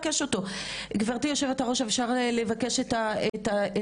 גבירתי יושבת הראש אפשר לבקש את הטופס